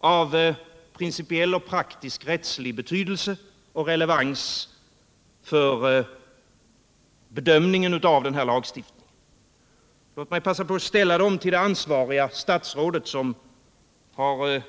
av principiell och praktisk rättslig betydelse samt av relevans för bedömningen av den här lagstiftningen. Låt mig passa på att ställa dem till det ansvariga statsrådet, som har